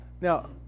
Now